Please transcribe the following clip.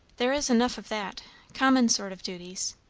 there is enough of that common sort of duties.